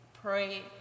pray